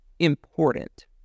important